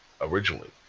originally